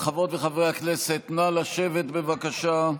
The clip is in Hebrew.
חברות וחברי הכנסת, נא לשבת, בבקשה.